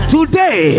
Today